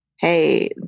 hey